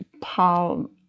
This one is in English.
Paul